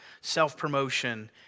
self-promotion